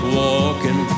walking